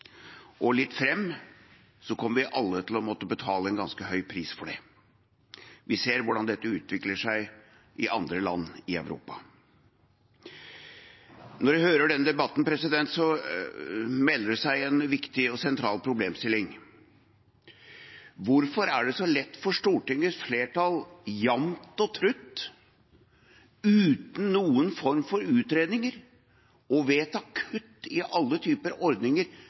og sentral problemstilling: Hvorfor er det så lett for Stortingets flertall, jevnt og trutt og uten noen form for utredninger, å vedta kutt i alle typer ordninger